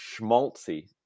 schmaltzy